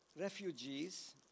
refugees